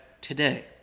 today